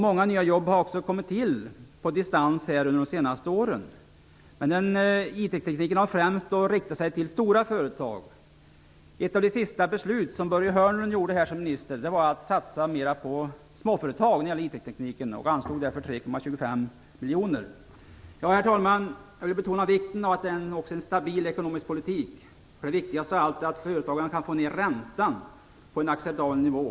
Många nya jobb har också kommit till på distans under de senaste åren. Men IT-tekniken har främst riktat sig till stora företag. Ett av de sista beslut här i kammaren med Börje Hörnlund som minister innebar att satsa mera på småföretag när det gäller IT-tekniken. Därför anslogs Herr talman! Jag vill betona vikten av en stabil ekonomisk politik. Det viktigaste av allt är att företagarna kan få ned räntan på en acceptabel nivå.